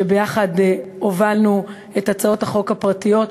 שיחד הובלנו את הצעות החוק הפרטיות,